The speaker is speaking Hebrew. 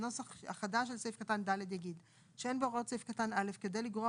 הנוסח החדש של סעיף קטן (ד) יגיד שאין בהוראות סעיף קטן (א) כדי לגרוע